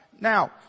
Now